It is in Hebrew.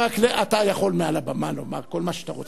אתה יכול מעל הבמה לומר כל מה שאתה רוצה.